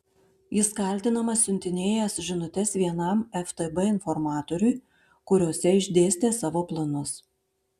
jis kaltinamas siuntinėjęs žinutes vienam ftb informatoriui kuriose išdėstė savo planus